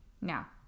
now